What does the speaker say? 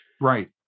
Right